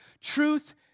truth